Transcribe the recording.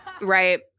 Right